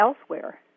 elsewhere